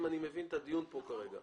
אם אני מבין את הדיון שמתנהל כאן כרגע.